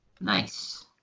Nice